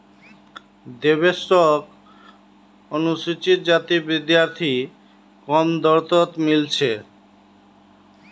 देवेश शोक अनुसूचित जाति विद्यार्थी कम दर तोत मील छे